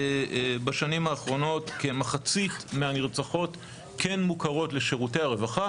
בשנים האחרונות כמחצית מהנרצחות כן מוכרות לשירותי הרווחה,